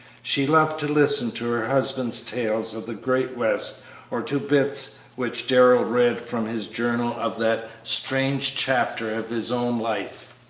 she loved to listen to her husband's tales of the great west or to bits which darrell read from his journal of that strange chapter of his own life.